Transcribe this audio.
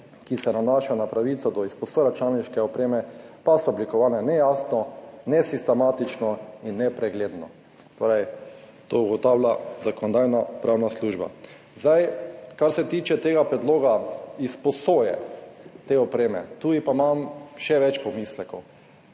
ki se nanašajo na pravico do izposoje računalniške opreme, pa so oblikovane nejasno, nesistematično in nepregledno. To torej ugotavlja Zakonodajno-pravna služba. Kar se tiče tega predloga izposoje opreme, tu pa imam še več pomislekov.